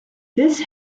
this